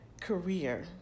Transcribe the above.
career